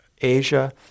Asia